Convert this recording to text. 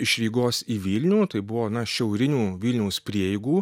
iš rygos į vilnių tai buvo na šiaurinių vilniaus prieigų